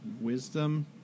wisdom